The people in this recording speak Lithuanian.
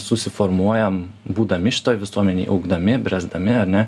susiformuojam būdami šitoj visuomenėj augdami bręsdami ar ne